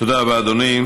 תודה רבה, אדוני.